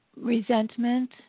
resentment